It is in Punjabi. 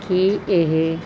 ਕੀ ਇਹ